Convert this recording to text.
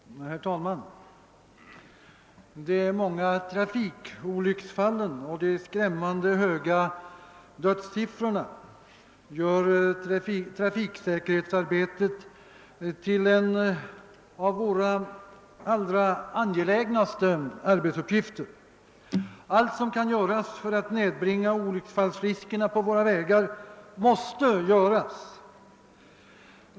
Herr talman! De många trafikolycksfallen och de skrämmande höga dödssiffrorna gör trafiksäkerhetsarbetet till en av våra angelägnaste arbetsuppgifter. Allt vi kan göra för att nedbringa olycksfallsriskerna på våra vägar måste göras.